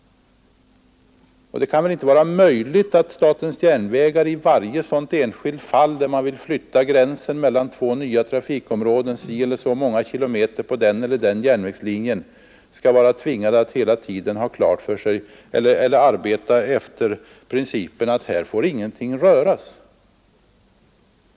Och det kan väl inte vara möjligt att statens järnvägar i varje enskilt fall, där man vill flytta gränsen mellan två nya trafikområden si eller så många kilometer på den eller den järnvägslinjen, skall vara tvingade att hela tiden arbeta efter principen att här får ingenting röras.